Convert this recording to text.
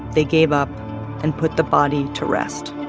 they gave up and put the body to rest